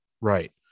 Right